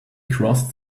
crossed